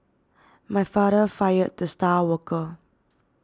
my father fired the star worker